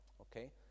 okay